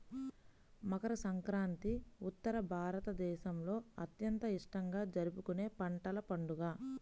మకర సంక్రాంతి ఉత్తర భారతదేశంలో అత్యంత ఇష్టంగా జరుపుకునే పంటల పండుగ